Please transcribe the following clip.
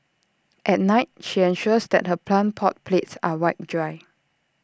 at night she ensures that her plant pot plates are wiped dry